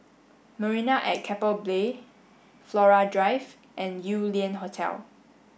Marina at Keppel Bay Flora Drive and Yew Lian Hotel